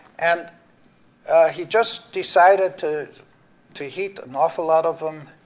and he just decided to to heat an awful lot of them,